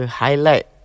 highlight